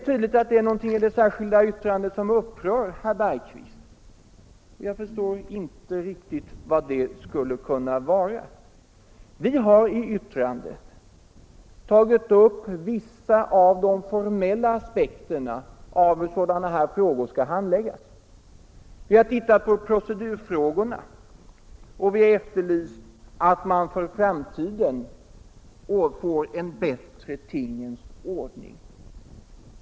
Tydligen är det någonting i det särskilda yttrandet som upprör herr Bergqvist. Jag förstår inte riktigt vad det skulle kunna vara. Vi har i yttrandet tagit upp vissa av de formella aspekterna på hur sådana här frågor skall handläggas. Vi har tittat på procedurfrågorna och efterlyst en bättre tingens ordning för framtiden.